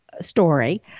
story